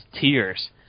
tears